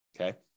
Okay